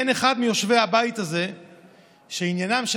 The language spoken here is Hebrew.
אין אחד מיושבי הבית הזה שעניינם של